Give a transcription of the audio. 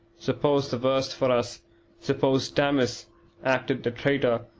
suppose the worst for us suppose damis acted the traitor,